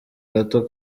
gato